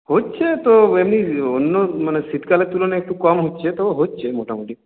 হচ্ছে তো এমনিই অন্য মানে শীতকালের তুলনায় একটু কম হচ্ছে তো হচ্ছে মোটামুটি